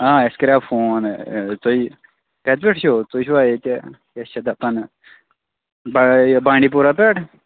آ اَسہِ کَریٛاو فون تُہۍ کَتہِ پٮ۪ٹھ چھِو تُہۍ چھُوا ییٚتہِ کیٛاہ چھِ اَتھ دَپان باے بانٛڈی پورہ پٮ۪ٹھ